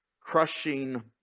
crushing